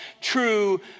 true